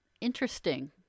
interesting